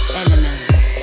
elements